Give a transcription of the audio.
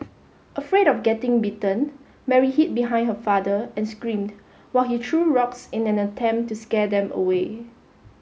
afraid of getting bitten Mary hid behind her father and screamed while he threw rocks in an attempt to scare them away